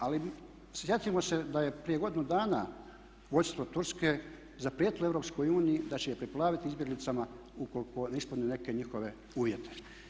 Ali sjetimo se da je prije godinu dana vodstvo Turske zaprijetilo EU da će je preplaviti izbjeglicama ukoliko ne ispune neke njihove uvjete.